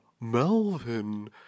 Melvin